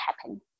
happen